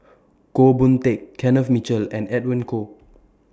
Goh Boon Teck Kenneth Mitchell and Edwin Koek